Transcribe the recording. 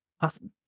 Awesome